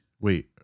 Wait